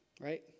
right